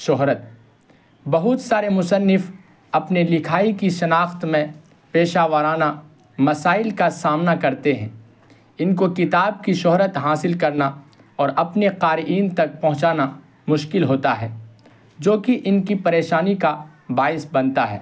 شہرت بہت سارے مصنف اپنے لکھائی کی شناخت میں پیشہ وارانہ مسائل کا سامنا کرتے ہیں ان کو کتاب کی شہرت حاصل کرنا اور اپنے قارئین تک پہنچانا مشکل ہوتا ہے جو کہ ان کی پریشانی کا باعث بنتا ہے